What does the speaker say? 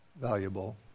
Valuable